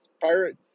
Pirates